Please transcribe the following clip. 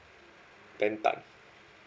ben tan